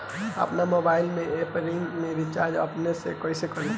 आपन मोबाइल में एयरटेल के रिचार्ज अपने से कइसे करि?